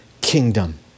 kingdom